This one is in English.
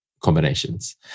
combinations